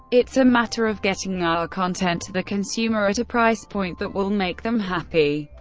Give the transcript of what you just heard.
it's a matter of getting our content to the consumer at a price point that will make them happy,